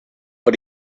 but